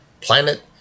Planet